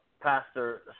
Pastor